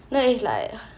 now it's like